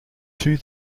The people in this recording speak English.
two